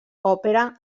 òpera